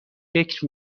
فکر